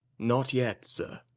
not yet, sir.